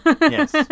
Yes